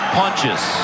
punches